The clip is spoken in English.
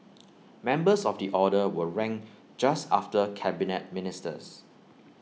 members of the order were ranked just after Cabinet Ministers